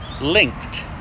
linked